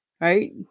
right